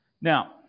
Now